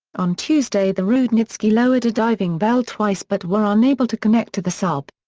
on tuesday the rudnitsky lowered a diving bell twice but were unable to connect to the sub.